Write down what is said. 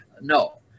No